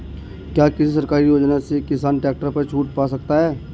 क्या किसी सरकारी योजना से किसान ट्रैक्टर पर छूट पा सकता है?